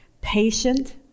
Patient